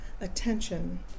attention